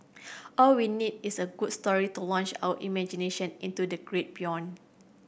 all we need is a good story to launch our imagination into the great beyond